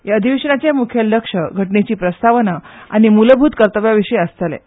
ह्या अधिवेशनाचे मुखेल लक्ष्य घटनेची प्रस्तावना आनी मुलभूत कर्तव्या विशीं आसतलें